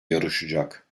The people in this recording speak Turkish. yarışacak